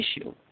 issue